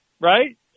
right